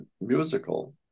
musical